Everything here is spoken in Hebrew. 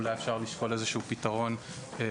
אולי אפשר לשקול איזה שהוא פתרון חובה,